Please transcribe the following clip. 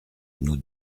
nous